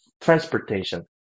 Transportation